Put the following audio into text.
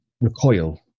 recoil